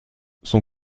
son